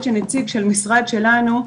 לדעתי נציג של המשרד שלנו,